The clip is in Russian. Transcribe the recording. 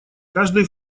каждый